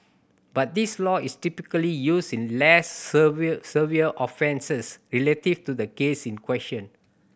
but this law is typically used in less severe severe offences relative to the case in question